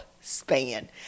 span